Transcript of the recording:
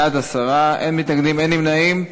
בעד, 10, אין מתנגדים, אין נמנעים.